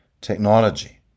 technology